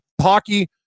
Hockey